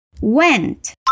went